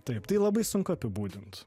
taip tai labai sunku apibūdint